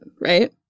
right